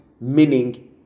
meaning